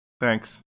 Thanks